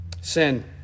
Sin